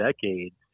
decades